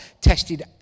tested